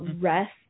rest